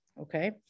Okay